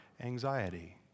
Anxiety